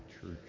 Church